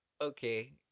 okay